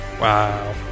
Wow